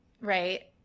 Right